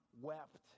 wept